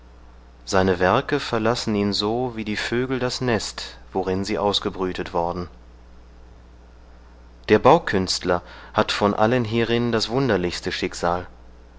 seine werke verlassen ihn so wie die vögel das nest worin sie ausgebrütet worden der baukünstler vor allen hat hierin das wunderlichste schicksal